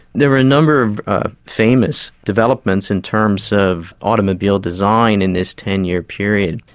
there were a number of famous developments in terms of automobile design in this ten year period,